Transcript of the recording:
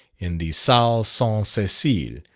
in the salle st. cecile,